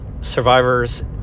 survivors